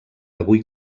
avui